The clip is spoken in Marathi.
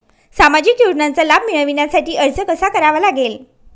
सामाजिक योजनांचा लाभ मिळविण्यासाठी अर्ज करावा लागेल का?